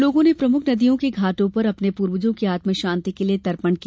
लोगों ने प्रमुख नदियों के घांटो पर अपने पूर्वजों की आत्मशांति के लिये तर्पण किया